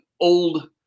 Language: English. old